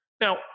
Now